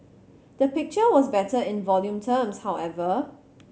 the picture was better in volume terms however